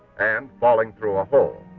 and falling through a hole.